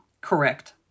Correct